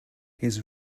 his